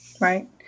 Right